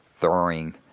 throwing